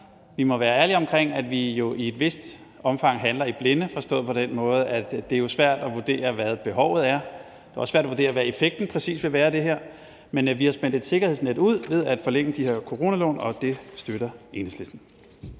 Vi må være ærlige om, at vi jo i et vist omfang handler i blinde forstået på den måde, at det er svært at vurdere, hvad behovet er. Det er også svært at vurdere, hvad effekten af det her præcis vil være, men vi har spændt et sikkerhedsnet ud ved at forlænge de her coronalån, og det støtter Enhedslisten.